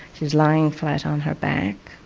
she was lying flat on her back